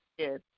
yes